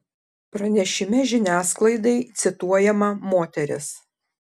pranešime žiniasklaidai cituojama moteris